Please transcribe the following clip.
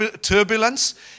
turbulence